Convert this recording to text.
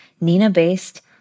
Nina-based